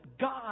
God